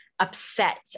upset